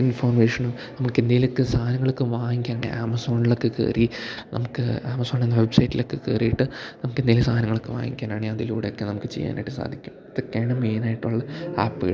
ഇൻഫോർമേഷനും നമുക്ക് എന്തേലും ഒക്കെ സാധനങ്ങൾ ഒക്കെ വാങ്ങിക്കാൻ ഉണ്ടേൽ ആമസോണിലക്കെ കയറി നമുക്ക് ആമസോണെന്ന വെബ്സൈറ്റിലൊക്കെ കയറീട്ട് നമുക്ക് എന്തേലും സാധനങ്ങൾ ഒക്കെ വാങ്ങിക്കാനാണ് അതിലൂടെ ഒക്കെ നമുക്ക് ചെയ്യാനായിട്ട് സാധിക്കും ഇതൊക്കെ ആണ് മെയിനായിട്ടുള്ള ആപ്പുകൾ